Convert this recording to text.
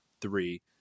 three